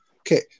okay